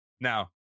now